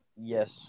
Yes